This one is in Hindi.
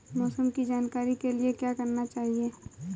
मौसम की जानकारी के लिए क्या करना चाहिए?